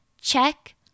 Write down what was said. Check